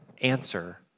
answer